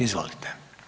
Izvolite.